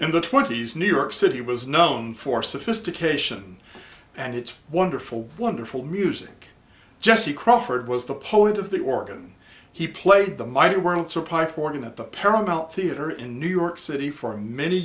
in the twenty's new york city was known for sophistication and its wonderful wonderful music jesse crawford was the poet of the organ he played the mighty world supply for him at the paramount theater in new york city for many